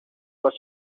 was